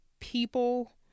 people